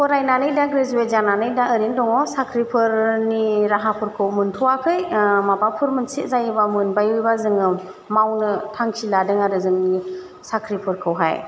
फरायनानै दा ग्रेजुयेद जानानै दा ओरैनो दङ साख्रिफोरनि राहाफोरखौ मोनथ'वाखै माबाफोर मोनसे जायोबा मोनबायोबा जोङो मावनो थांखि लादों आरो जोंनि साख्रिफोरखौहाय